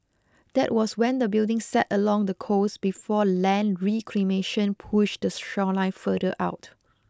that was when the building sat along the coast before land reclamation push the shoreline further out